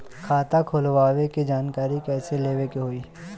खाता खोलवावे के जानकारी कैसे लेवे के होई?